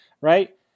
right